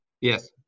Yes